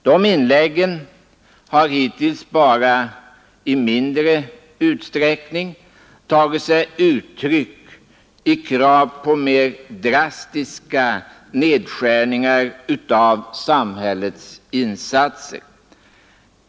De inläggen har hittills bara i mindre utsträckning tagit sig uttryck i krav på mer drastiska nedskärningar av samhällets insatser.